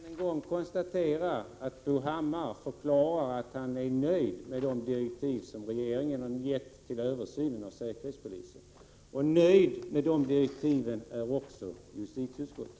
Herr talman! Jag vill än en gång konstatera att Bo Hammar förklarar att han är nöjd med de direktiv som regeringen har gett till kommittén för en översyn av säkerhetspolisen, och nöjt är också justitieutskottet.